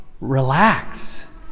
relax